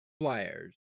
Flyers